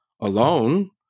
alone